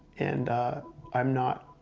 and i'm not,